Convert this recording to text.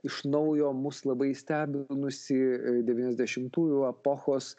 iš naujo mus labai stebinusį devyniasdešimtųjų epochos